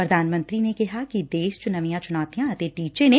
ਪ੍ਰਧਾਨ ਮੰਤਰੀ ਨੇ ਕਿਹਾ ਕਿ ਦੇਸ਼ ਚ ਨਵੀਆਂ ਚੁਣੌਤੀਆਂ ਅਤੇ ਟੀਚੇ ਨੇ